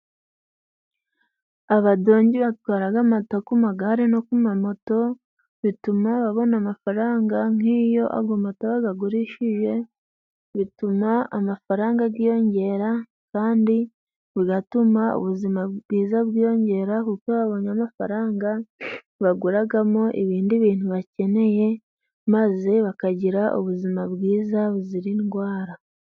Abadonge batwararaga amata ku magare no ku ma moto bituma babona amafaranga nk'iyo ago mata bagagurishije bituma amafaranga giyongera kandi bigatuma ubuzima bwiza bwiyongera kuko babonye amafaranga baguragamo ibindi bintu bakeneye maze bakagira ubuzima bwiza buzira indwara.